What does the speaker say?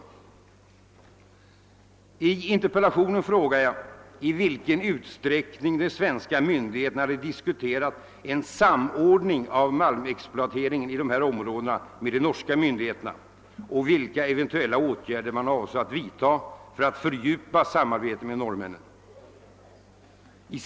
I min interpellation frågade jag: I vilken utsträckning har överläggningar förts med norska myndigheter om samordning av gruvdriften, och vilka åtgärder avser regeringen att vidtaga för att samordna planeringen och fördjupa samarbetet med den norska staten i detta hänseende?